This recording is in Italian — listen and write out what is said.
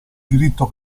diritto